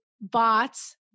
bots